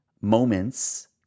moments